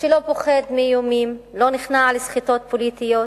שלא פוחד מאיומים, לא נכנע לסחיטות פוליטיות.